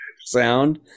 sound